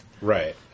Right